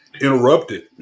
interrupted